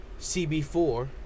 CB4